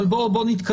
אבל בואו נתקדם,